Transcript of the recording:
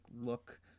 look